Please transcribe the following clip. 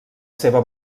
seva